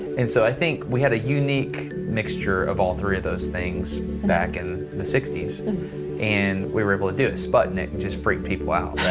and so i think we had a unique mixture of all three of those things back in the sixty s and we were able to do it. sputnik just freaked people out.